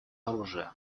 оружия